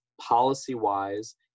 policy-wise